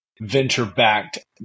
venture-backed